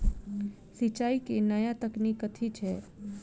सिंचाई केँ नया तकनीक कथी छै?